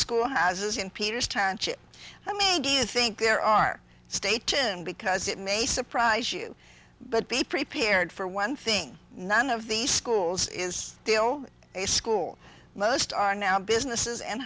schoolhouses in peter's township i mean do you think there are stay tuned because it may surprise you but be prepared for one thing none of the schools is still a school most are now businesses and